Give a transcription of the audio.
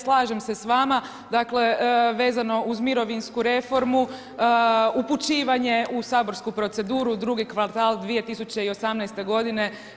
Slažem se sa vama, dakle vezano uz mirovinsku reformu, upućivanje u saborsku proceduru drugi kvartal 2018. godine.